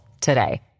today